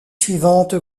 suivante